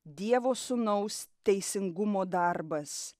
dievo sūnaus teisingumo darbas